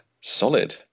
Solid